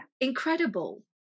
incredible